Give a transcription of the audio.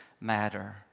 matter